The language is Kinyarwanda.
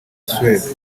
suede